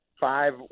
five